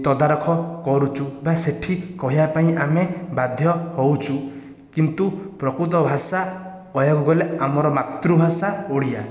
ତଦାରଖ କରୁଛୁ ବା ସେଠି କହିବା ପାଇଁ ଆମେ ବାଧ୍ୟ ହେଉଛୁ କିନ୍ତୁ ପ୍ରକୃତ ଭାଷା କହିବାକୁ ଗଲେ ଆମର ମାତୃଭାଷା ଓଡ଼ିଆ